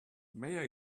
may